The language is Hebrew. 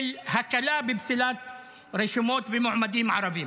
של הקלה בפסילת רשומות ומועמדים ערבים.